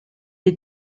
est